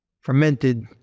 fermented